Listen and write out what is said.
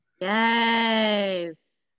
yes